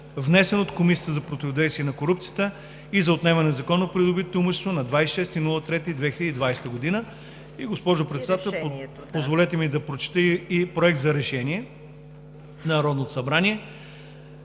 внесен от Комисията за противодействие на корупцията и за отнемане на незаконно придобитото имущество на 26 март 2020 г.“ Госпожо Председател, позволете ми да прочета и Проекта за решение на Народното събрание.